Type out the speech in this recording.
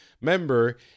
member